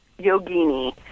Yogini